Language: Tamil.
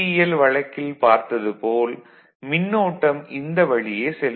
எல் வழக்கில் பார்த்தது போல் மின்னோட்டம் இந்த வழியே செல்லும்